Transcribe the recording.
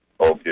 Okay